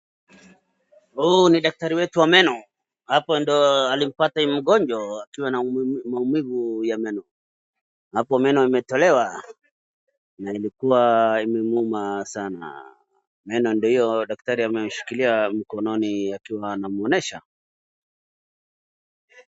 Huu ni daktari wetu wa meno, hapo ndiyo alimpata hii mgonjwa, akiwa na maumivu ya meno. Hapo meno ametolewa, na ilikuwa imemuuma sana. Meno ndiyo hiyo daktari ameshikilia mkononi akiwa anamuonesha.